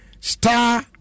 star